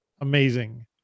amazing